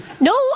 No